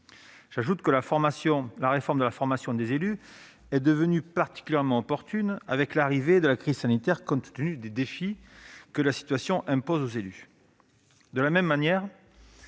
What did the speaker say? J'ajoute que la réforme de la formation des élus est devenue particulièrement opportune avec l'arrivée de la crise sanitaire, compte tenu des défis que la situation impose aux élus. De manière